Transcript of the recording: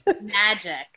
Magic